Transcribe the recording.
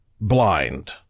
blind